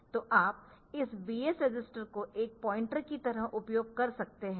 तो आप इस BX रजिस्टर को एक पॉइंटर की तरह उपयोग कर सकते है